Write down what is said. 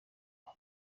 aho